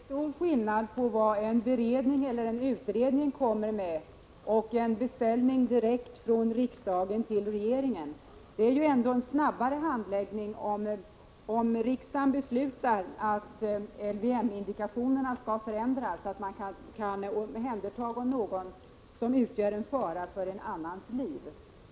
Herr talman! Det är väl ändå en stor skillnad på vad en beredning eller en utredning kommer med och en beställning direkt från riksdagen till regeringen. Det blir en snabbare handläggning om riksdagen beslutar att LVM-indikationerna skall förändras, så att man kan omhänderta någon som utgör en fara för annans liv.